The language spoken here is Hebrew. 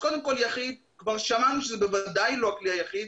אלא שכבר שמענו שזה בוודאי לא הכלי היחיד.